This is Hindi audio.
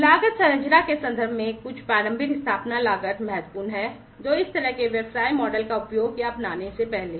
लागत संरचना के संदर्भ में कुछ प्रारंभिक स्थापना लागत महत्वपूर्ण है जो इस तरह के व्यवसाय मॉडल का उपयोग या अपनाने से पहले है